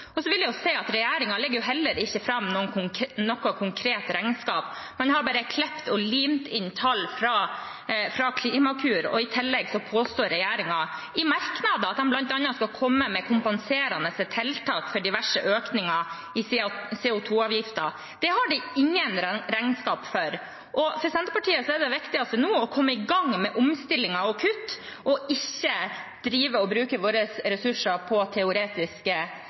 Så vil jeg si at regjeringen legger jo heller ikke fram noe konkret regnskap, man har bare klipt og limt inn tall fra Klimakur, og i tillegg påstår regjeringspartiene i merknader at de bl.a. skal komme med kompenserende tiltak for diverse økninger i CO 2 -avgiften. Det har de ingen regnskap for. For Senterpartiet er det viktigste nå å komme i gang med omstilling og kutt og ikke bruke ressursene våre på teoretiske